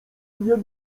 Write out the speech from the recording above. mnie